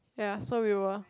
ya we were